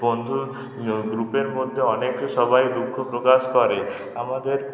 বন্ধুর গ্রুপের মধ্যে অনেকটা সময় দুঃখ প্রকাশ করে আমাদের